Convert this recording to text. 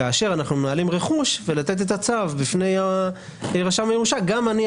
כאשר אנחנו מנהלים רכוש כדי לתת את הצו בפני רשם הירושה גם אני,